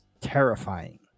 terrifying